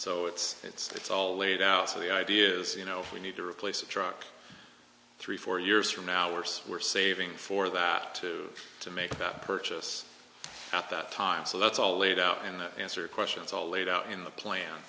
so it's it's it's all laid out in the ideas you know we need to replace a truck three four years from now or so we're saving for that too to make that purchase at that time so that's all laid out and answer questions all laid out in the plan